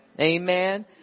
Amen